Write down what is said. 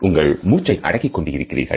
உங்கள் மூச்சை அடக்கிக் கொண்டு இருக்கிறீர்கள்